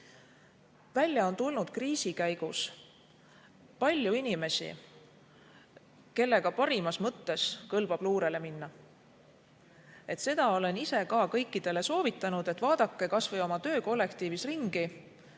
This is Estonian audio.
välja tulnud palju inimesi, kellega parimas mõttes kõlbab luurele minna. Olen ka ise kõikidele soovitanud, et vaadake kas või oma töökollektiivis ringi.